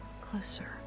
closer